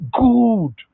good